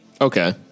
Okay